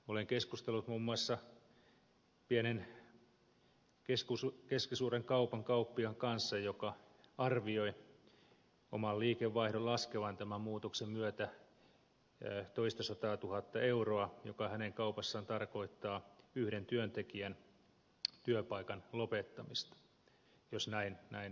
olen keskustellut muun muassa keskisuuren kaupan kauppiaan kanssa joka arvioi oman liikevaihdon laskevan tämän muutoksen myötä toistasataa tuhatta euroa joka hänen kaupassaan tarkoittaa yhden työntekijän työpaikan lopettamista jos näin tapahtuu